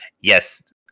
Yes